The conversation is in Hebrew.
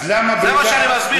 זה מה שאני מסביר לך עכשיו.